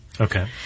Okay